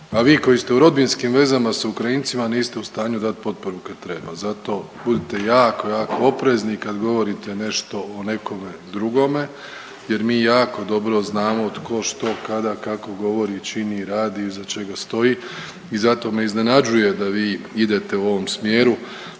A vi koji ste u rodbinskim vezama s Ukrajincima niste u stanju dat potporu kad treba, zato budite jako, jako oprezni kad govorite nešto o nekome drugome jer mi jako dobro znamo tko, što, kada, kako govori i čini i radi i iza čega stoji i zato me iznenađuje da vi idete u tom smjeru,